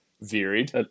varied